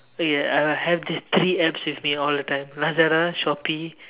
ya I have these three apps with me all the time Lazada Shopee